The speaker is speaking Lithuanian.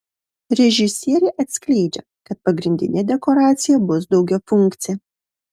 režisierė atskleidžia kad pagrindinė dekoracija bus daugiafunkcė